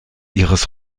ihres